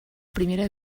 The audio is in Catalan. primera